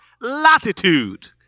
Latitude